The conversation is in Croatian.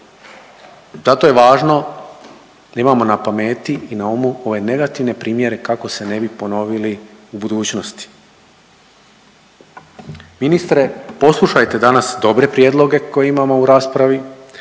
Zato je važno da imamo na pameti i na umu ove negativne primjere kako se ne bi ponovili u budućnosti. Ministre poslušajte danas dobre prijedloge koje imamo u raspravi,